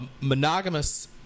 monogamous